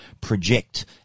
project